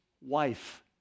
wife